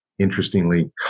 interestingly